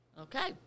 okay